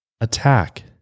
attack